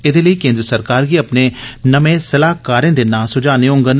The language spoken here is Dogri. एदे लेई केंद्र सरकार गी नमें सलाहकारें दे नां सुझाने होंडन